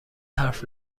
حرف